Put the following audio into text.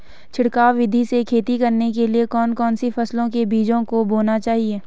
छिड़काव विधि से खेती करने के लिए कौन कौन सी फसलों के बीजों को बोना चाहिए?